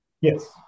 Yes